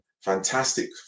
fantastic